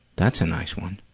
that's a nice one.